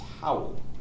towel